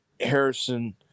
Harrison